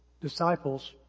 disciples